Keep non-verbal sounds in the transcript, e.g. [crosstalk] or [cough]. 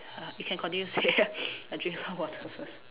uh you can continue to say [laughs] [noise] I drink some water first